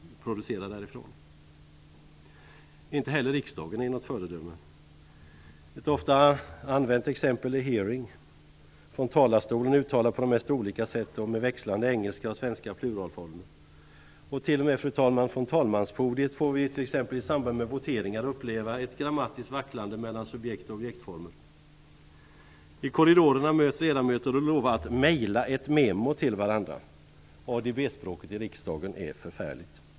Inte heller riksdagen är något föredöme. Ett ofta använt ord är exempelvis hearing, från talarstolen uttalat på de mest olika sätt och med växlande engelska och svenska pluralformer. T.o.m. från talmanspodiet får vi t.ex. i samband med voteringar uppleva ett grammatiskt vacklande mellan subjekt och objektformer. I korridorerna möts ledamöterna och lovar att "maila ett memo" till varandra. ADB-språket i riksdagen är förfärligt!